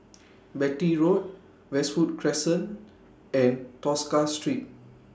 Beatty Road Westwood Crescent and Tosca Street